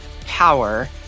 power